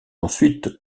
ensuite